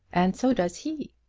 and so does he.